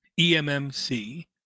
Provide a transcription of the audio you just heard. EMMC